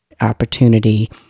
opportunity